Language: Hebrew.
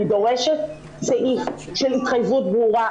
אלא אני דורשת סעיף של התחייבות ברורה,